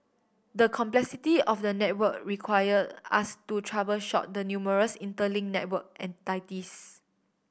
the complexity of the network require us to troubleshoot the numerous interlink network and entities